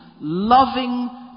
loving